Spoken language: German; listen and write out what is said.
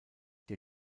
der